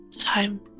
time